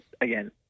again